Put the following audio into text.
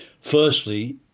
Firstly